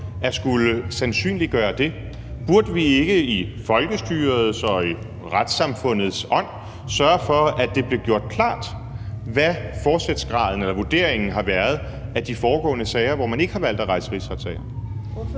at skulle sandsynliggøre det? Burde vi ikke i folkestyrets og i retssamfundets ånd sørge for, at det blev gjort klart, hvad forsætsgraden eller vurderingen har været af de foregående sager, hvor man ikke har valgt at rejse rigsretssager?